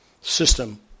system